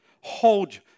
hold